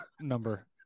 number